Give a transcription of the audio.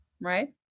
right